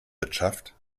wirtschaft